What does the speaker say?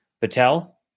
Patel